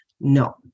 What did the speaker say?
no